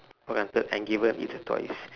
granted and given it's a twice